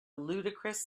ludicrous